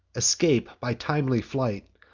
escape, by timely flight,